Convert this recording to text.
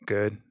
Good